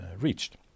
reached